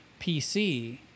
PC